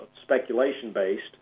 speculation-based